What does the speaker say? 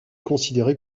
considéré